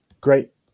great